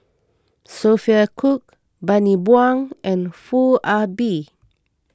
Sophia Cooke Bani Buang and Foo Ah Bee